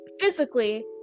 physically